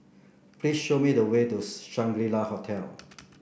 please show me the way to Shangri La Hotel